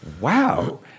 wow